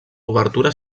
obertura